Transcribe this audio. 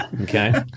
okay